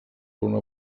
una